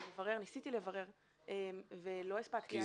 ניסיתי לברר ולא הספקתי.